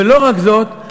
ולא רק זאת,